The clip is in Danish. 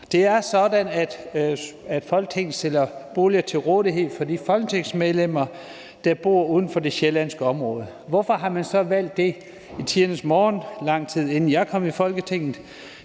Det er sådan, at Folketinget stiller boliger til rådighed for de folketingsmedlemmer, der bor uden for det sjællandske område. Hvorfor har man så valgt det i tidernes morgen, lang tid inden jeg kom i Folketinget?